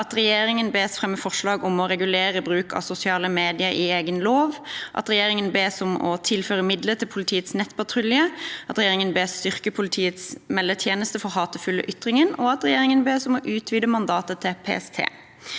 at regjeringen bes fremme forslag om å regulere bruk av sosiale medier i egen lov, at regjeringen bes om å tilføre midler til politiets nettpatrulje, at regjeringen bes styrke politiets meldetjeneste for hatefulle ytringer, og at regjeringen bes om å utvide mandatet til PST.